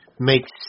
makes